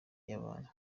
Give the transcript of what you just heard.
y’abantu